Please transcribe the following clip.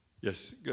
Yes